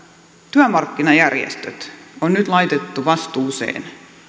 työmarkkinajärjestöt on nyt laitettu vastuuseen